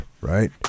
right